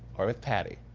or with patty.